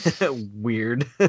Weird